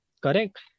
Correct